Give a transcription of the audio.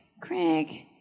Craig